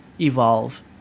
evolve